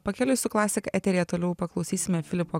pakeliui su klasika eteryje toliau paklausysime filipo